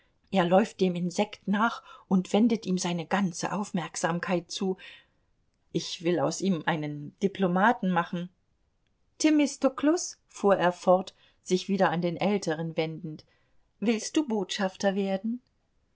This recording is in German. er läuft dem insekt nach und wendet ihm seine ganze aufmerksamkeit zu ich will aus ihm einen diplomaten machen themistoklus fuhr er fort sich wieder an den älteren wendend willst du botschafter werden